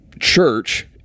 church